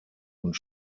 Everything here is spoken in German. und